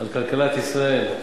על כלכלת ישראל: